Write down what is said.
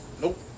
Nope